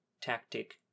tactic